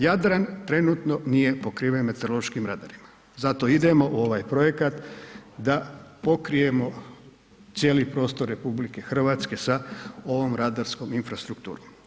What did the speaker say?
Jadran trenutno nije pokriven meteorološkim radarima, zato idemo u ovaj projekat da pokrijemo cijeli prostor RH sa ovom radarskom infrastrukturom.